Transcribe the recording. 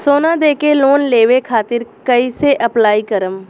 सोना देके लोन लेवे खातिर कैसे अप्लाई करम?